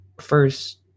first